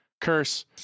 curse